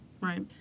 Right